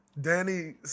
Danny